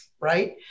right